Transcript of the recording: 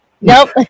Nope